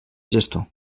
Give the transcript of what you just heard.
gestor